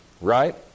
Right